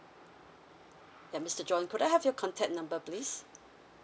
yeah mister john could I have your contact number please